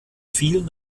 vielen